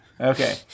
Okay